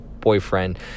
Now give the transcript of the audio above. boyfriend